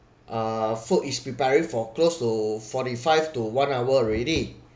uh food is preparing for close to forty five to one hour already